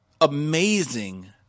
amazing